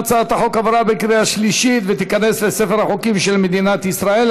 הצעת החוק עברה בקריאה שלישית ותיכנס לספר החוקים של מדינת ישראל.